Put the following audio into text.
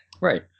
Right